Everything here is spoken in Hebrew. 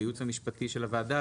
בייעוץ המשפטי של הוועדה,